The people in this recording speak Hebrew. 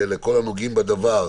לרשויות המקומיות ולכל הנוגעים בדבר,